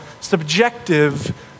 subjective